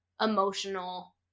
emotional